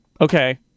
okay